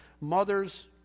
mothers